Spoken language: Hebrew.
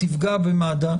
היא תפגע במד"א,